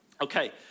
Okay